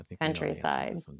Countryside